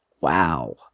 Wow